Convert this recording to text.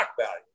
value